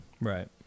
Right